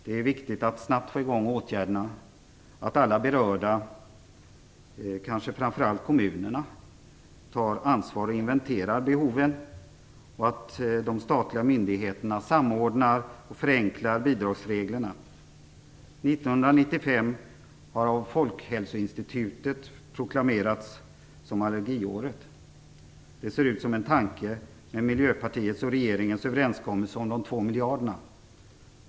Det är viktigt att snabbt få igång åtgärderna och att alla berörda, kanske framför allt kommunerna, tar ansvar och inventerar behoven samt att de statliga myndigheterna samordnar och förenklar bidragsreglerna. År 1995 har av Folkhälsoinstitutet proklamerats som allergiåret. Det ser ut som en tanke med Miljöpartiets och regeringens överenskommelse om de 2 miljarderna.